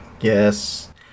Yes